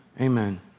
Amen